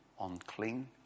unclean